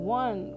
one